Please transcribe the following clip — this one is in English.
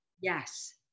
Yes